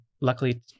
luckily